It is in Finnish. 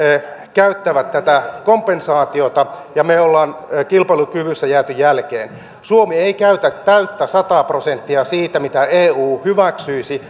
käyttävät tätä kompensaatiota ja me olemme kilpailukyvyssä jääneet jälkeen suomi ei käytä täyttä sataa prosenttia siitä mitä eu hyväksyisi